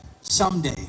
someday